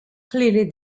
clearly